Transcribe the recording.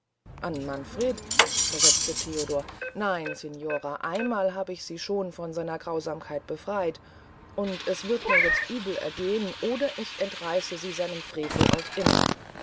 an manfred versetzte theodor nein signora einmal hab ich sie schon von seiner grausamkeit befreyt und es wird mir jezt übel ergehn oder ich entreiße sie seinem frevel auf immer